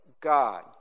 God